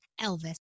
Elvis